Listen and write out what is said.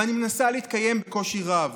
ואני מנסה להתקיים בקושי רב.